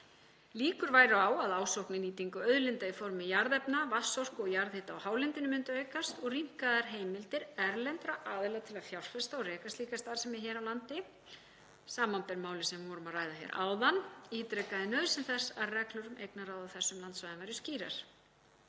Líkur væru á að ásókn í nýtingu auðlinda í formi jarðefna, vatnsorku og jarðhita á hálendinu myndi aukast og rýmkaðar heimildir erlendra aðila til að fjárfesta og reka slíka starfsemi hér á landi, samanber málið sem við vorum að ræða hér áðan, ítrekaði nauðsyn þess að reglur um eignarráð á þessum landsvæðum væru skýrar.